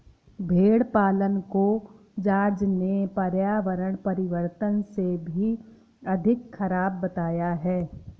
भेड़ पालन को जॉर्ज ने पर्यावरण परिवर्तन से भी अधिक खराब बताया है